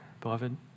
beloved